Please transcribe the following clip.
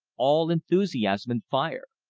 all enthusiasm and fire.